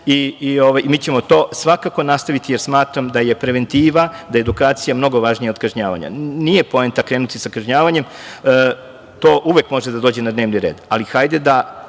i mi ćemo to svakako nastaviti, jer smatram da je preventiva, da je edukacija mnogo važnija od kažnjavanja. Nije poenta krenuti sa kažnjavanjem, to uvek može da dođe na dnevni red, ali hajde da